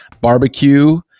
Barbecue